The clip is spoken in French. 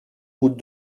route